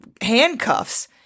handcuffs